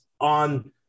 on